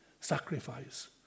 sacrifice